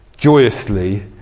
Joyously